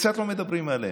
קצת לא מדברים עליהם,